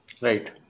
Right